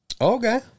Okay